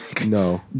No